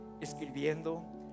escribiendo